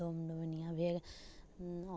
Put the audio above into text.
डोम डोमिनिआ भेल आओर